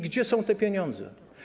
Gdzie są te pieniądze?